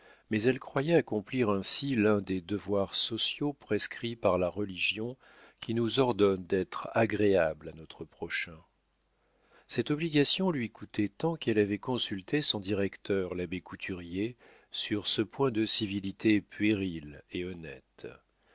mais elle croyait accomplir ainsi l'un des devoirs sociaux prescrits par la religion qui nous ordonne d'être agréable à notre prochain cette obligation lui coûtait tant qu'elle avait consulté son directeur l'abbé couturier sur ce point de civilité puérile et honnête